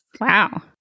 Wow